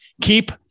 Keep